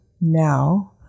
now –